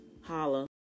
Holla